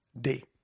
day